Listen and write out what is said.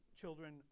children